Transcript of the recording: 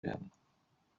werden